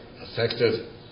affected